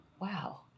wow